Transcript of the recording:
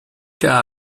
qu’à